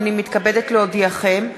הנני מתכבדת להודיעכם,